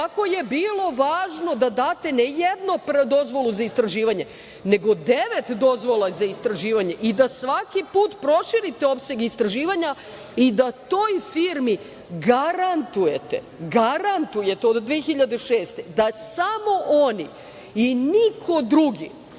kako je bilo važno da date ne jednu dozvolu za istraživanje, nego dozvola za istraživanje i da svaki put proširite opseg istraživanja i da toj firmi garantujete od 2006. godine da samo oni i niko drugi